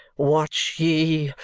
watch ye,